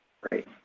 Great